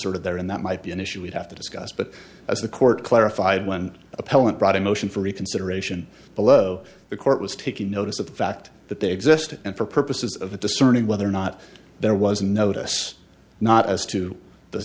sort of there in that might be an issue would have to discuss but as the court clarified when appellant brought a motion for reconsideration below the court was taking notice of the fact that they existed and for purposes of the discerning whether or not there was a notice not as to the